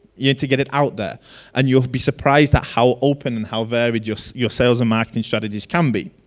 you need to get it out there and you'll be surprised at how open, and how viable just your sales and marketing strategies can be.